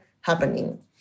happening